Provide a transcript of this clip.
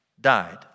died